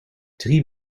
drie